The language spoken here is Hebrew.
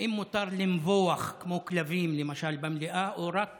האם מותר לנבוח כמו כלבים, למשל, במליאה או רק